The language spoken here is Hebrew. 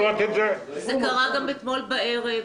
זה קרה גם אתמול בערב